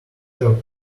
joking